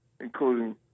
including